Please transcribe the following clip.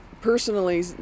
personally